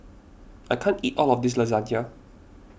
I can't eat all of this Lasagne